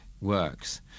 works